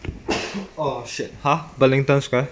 oh shit !huh! burlington square